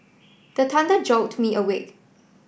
the thunder jolt me awake